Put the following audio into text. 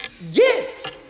Yes